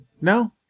No